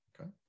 okay